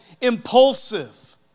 impulsive